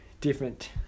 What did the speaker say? different